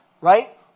right